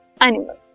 animals